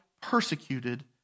persecuted